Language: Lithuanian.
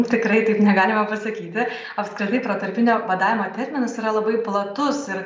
tikrai taip negalime pasakyti apskritai protarpinio badavimo terminas yra labai platus ir